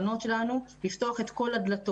אנחנו צריכים לפנות לבנות שלנו לפתוח את כל הדלתות.